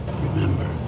remember